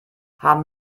haben